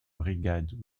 brigade